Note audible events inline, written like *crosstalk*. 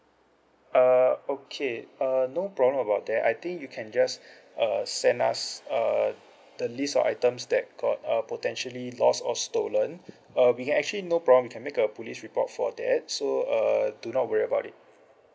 uh okay uh no problem about that I think you can just *breath* uh send us uh the list of items that got uh potentially lost or stolen *breath* uh we can actually no problem we can make a police report for that so uh do not worry about it